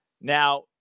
Now